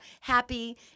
happy